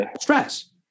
stress